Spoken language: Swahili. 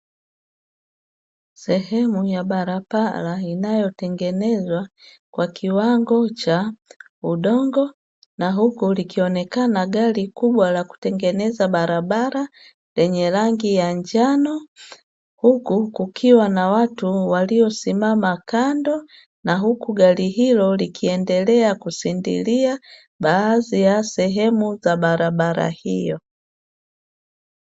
Sehemu ya barabara inayotengenezwa kwa kiwango cha udongo, na huku likionekana gari kubwa la kutengeneza barabara lenye rangi ya njano, huku kukiwa kuna watu waliosimama kando, na huku gari hilo likiendelea kushindilia baadhi ya sehemu za barabara hiyo.